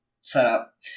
setup